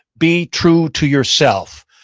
be true to yourself,